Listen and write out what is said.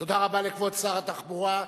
תודה רבה לכבוד שר התחבורה,